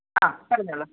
ആ പറഞ്ഞോളു